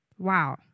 Wow